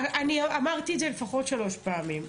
אמרתי את זה לפחות שלוש פעמים.